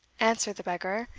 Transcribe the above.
answered the beggar,